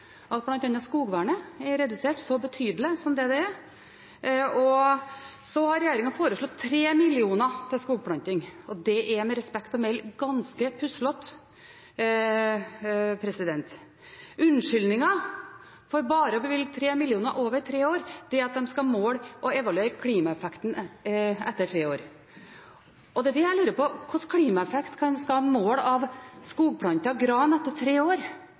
at bl.a. skogvernet er redusert så betydelig som det det er. Så har regjeringen foreslått 3 mill. kr til skogplanting, og det er med respekt å melde ganske puslete. Unnskyldningen for å bevilge bare 3 mill. kr over tre år er at de skal måle og evaluere klimaeffekten etter tre år. Det jeg da lurer på, er: Hva slags klimaeffekt skal en måle av skogplantet gran etter tre år,